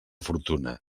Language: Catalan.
fortuna